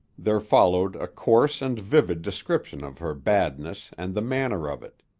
there followed a coarse and vivid description of her badness and the manner of it.